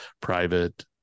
private